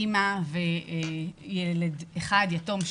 אימא וילד אחד יתום,